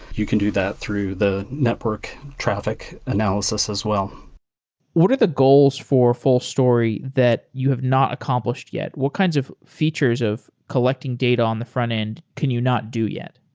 you can do that through the network traffic analysis as well what are the goals for fullstory that you have not accomplished yet? what kinds of features of collecting data on the frontend can you not do yet?